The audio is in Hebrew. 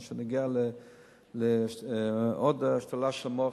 מה שנוגע לעוד השתלה של מח עצם,